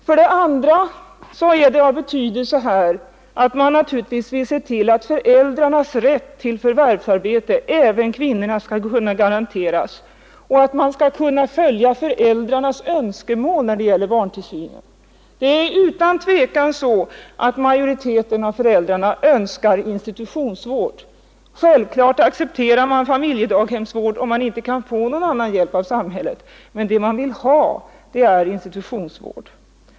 För det andra är det naturligtvis här av betydelse att se till att föräldrarnas rätt till förvärvsarbete — även kvinnornas — garanteras och att man kan följa föräldrarnas önskemål när det gäller barntillsynen. Det är utan tvivel så att majoriteten av föräldrarna önskar institutionsvård. Självfallet accepterar man familjedaghemsvård om man inte kan få någon annan hjälp av samhället, men det man vill ha är institutionsvård.